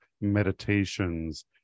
meditations